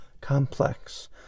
complex